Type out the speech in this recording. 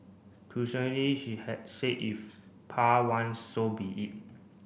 crucially she had said if Pa want so be it